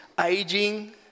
aging